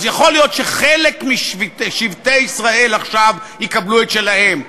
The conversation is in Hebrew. אז יכול להיות שחלק משבטי ישראל עכשיו יקבלו את שלהם,